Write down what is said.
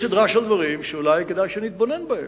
יש סדרה של דברים שאולי כדאי שנתבונן בהם,